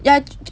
ya 就